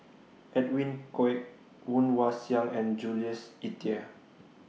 Edwin Koek Woon Wah Siang and Jules Itier